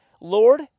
Lord